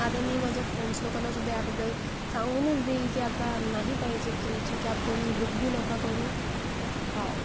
आता मी माझ्या फ्रेंडस लोकांना सुद्धा ह्याबद्दल सांगूनच देईन की आता नाही पाहिजे तुमची कॅब कोणीही बुक भी नका करू हो